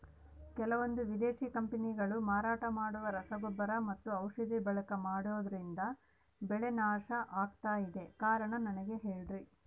ಕೆಲವಂದು ವಿದೇಶಿ ಕಂಪನಿಗಳು ಮಾರಾಟ ಮಾಡುವ ರಸಗೊಬ್ಬರ ಮತ್ತು ಔಷಧಿ ಬಳಕೆ ಮಾಡೋದ್ರಿಂದ ಬೆಳೆ ನಾಶ ಆಗ್ತಾಇದೆ? ಕಾರಣ ನನಗೆ ಹೇಳ್ರಿ?